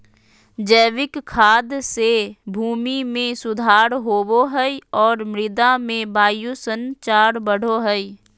जैविक खाद से भूमि में सुधार होवो हइ और मृदा में वायु संचार बढ़ो हइ